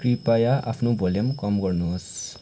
कृपया आफ्नो भोल्युम कम गर्नुहोस्